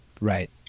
Right